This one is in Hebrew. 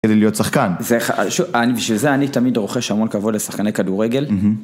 כדי להיות שחקן, זה אח... בשביל זה אני תמיד רוכש המון כבוד לשחקני כדורגל